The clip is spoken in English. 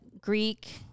Greek